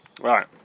right